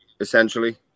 essentially